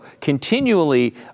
continually